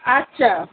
আচ্ছা